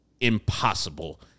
impossible